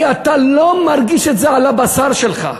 כי אתה לא מרגיש את זה על הבשר שלך.